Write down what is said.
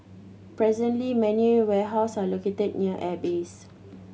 presently many warehouse are located near airbase